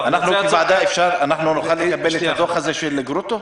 כוועדה נוכל לקבל את הדוח של גרוטו?